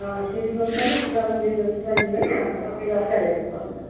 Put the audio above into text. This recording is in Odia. ହଁ ସ୍ପିଡ଼୍ ପୋଷ୍ଟ୍ କଲେ ପିଲାମାନେ ଟିକେ ଜଲ୍ଦି ପାଇଯିବେ ନା ତାଙ୍କର ବି ଦରକାର ଅର୍ଜେଣ୍ଟ୍